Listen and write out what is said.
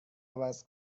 عوض